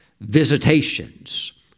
visitations